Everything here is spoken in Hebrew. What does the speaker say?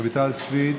רויטל סויד,